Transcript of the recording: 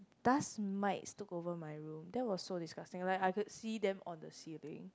dust mites took over my room that was so disgusting like I could see them on the ceiling